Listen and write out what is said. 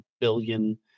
billion